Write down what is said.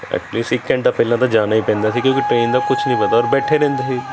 eight least ਇੱਕ ਘੰਟਾ ਪਹਿਲਾਂ ਤਾਂ ਜਾਣਾ ਹੀ ਪੈਂਦਾ ਸੀ ਕਿਉਂਕਿ ਟ੍ਰੇਨ ਦਾ ਕੁਝ ਨਹੀਂ ਪਤਾ ਔਰ ਬੈਠੇ ਰਹਿੰਦੇ ਸੀ